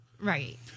Right